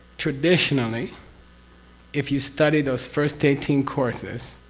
traditionally if you study those first eighteen courses,